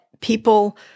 people